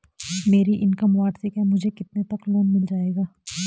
मेरी इनकम वार्षिक है मुझे कितने तक लोन मिल जाएगा?